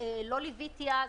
לא ליוויתי אז.